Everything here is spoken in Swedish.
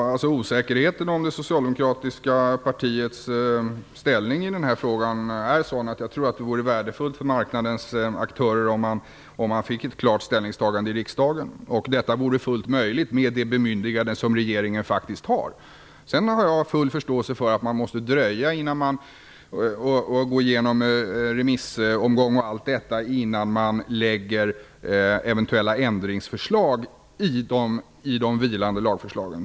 Fru talman! Osäkerheten om det socialdemokratiska partiets ställning i den här frågan är sådan att jag tror att det vore värdefullt för marknadens aktörer om man fick ett klart ställningstagande i riksdagen och detta vore fullt möjligt med det bemyndigande som regeringen faktiskt har. Sedan har jag full förståelse för att man måste dröja och gå igenom remissomgång och allt detta innan man lägger fram eventuella ändringsförslag i de vilande lagförslagen.